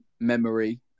memory